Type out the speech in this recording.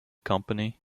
company